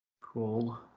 Cool